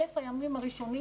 אלה הימים הראשונים,